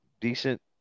decent